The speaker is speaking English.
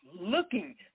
looking